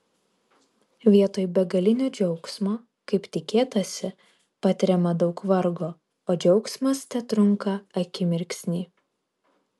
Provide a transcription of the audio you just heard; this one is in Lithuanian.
vietoj begalinio džiaugsmo kaip tikėtasi patiriama daug vargo o džiaugsmas tetrunka akimirksnį